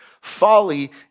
Folly